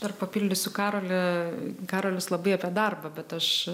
dar papildysiu karolį karolis labai apie darbą bet aš